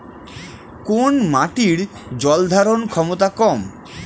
কোন মাটির জল ধারণ ক্ষমতা কম?